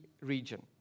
region